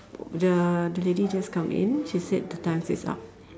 the the lady just come in she said the time is up